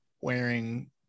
wearing